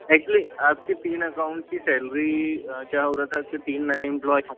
actually आपकी तीन account की सैलरी क्या हो रहा था कि तीन नये एंप्लाॅय